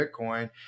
bitcoin